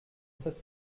sept